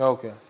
Okay